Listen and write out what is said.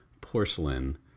Porcelain